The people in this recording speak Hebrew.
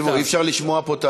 תקשיבו, אי-אפשר לשמוע פה.